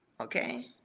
Okay